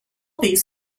these